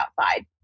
outside